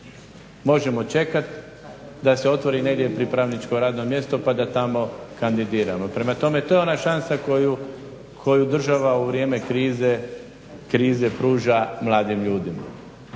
Možemo čekati da se otvori negdje pripravničko radno mjesto pa da tamo kandidiramo. Prema tome, to je ona šansa koju država u vrijeme krize pruža mladim ljudima.